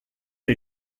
les